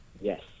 Yes